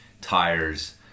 tires